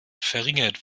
verringert